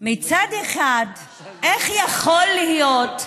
מצד אחד, איך יכול להיות,